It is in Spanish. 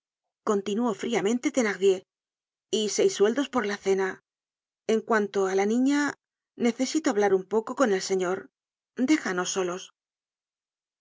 continuó fríamente thenardier y seis sueldos por la cena en cuanto á la niña necesito hablar un poco con el señor déjanos solos